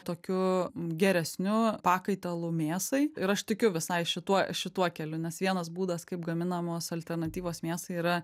tokiu geresniu pakaitalu mėsai ir aš tikiu visai šituo šituo keliu nes vienas būdas kaip gaminamos alternatyvos mėsai yra